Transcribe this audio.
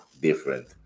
different